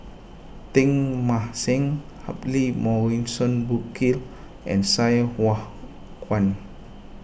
Teng Mah Seng Humphrey Morrison Burkill and Sai Hua Kuan